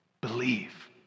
believe